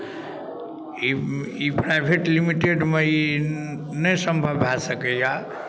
ई ई प्राइवेट लिमिटेडमे ई नहि सम्भव भए सकैए